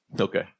Okay